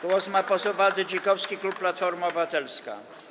Głos ma poseł Waldy Dzikowski, klub Platforma Obywatelska.